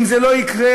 אם זה לא יקרה,